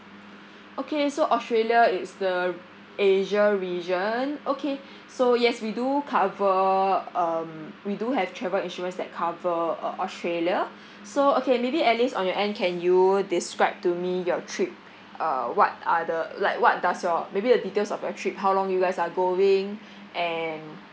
okay so australia it's the r~ asia region okay so yes we do cover um we do have travel insurance that cover uh australia so okay maybe alice on your end can you describe to me your trip uh what are the like what does your maybe the details of your trip how long you guys are going and